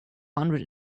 hundred